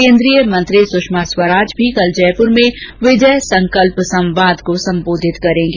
केन्द्रीय मंत्री सुषमा स्वराज भी कल जयपुर में विजय संकल्प संवाद को सम्बोधित करेंगी